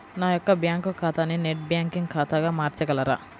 నా యొక్క బ్యాంకు ఖాతాని నెట్ బ్యాంకింగ్ ఖాతాగా మార్చగలరా?